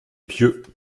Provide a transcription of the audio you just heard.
pieux